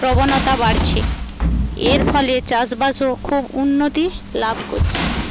প্রবণতা বাড়ছে এর ফলে চাষবাসও খুব উন্নতি লাভ করছে